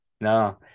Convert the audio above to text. No